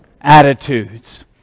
attitudes